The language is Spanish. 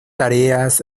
tareas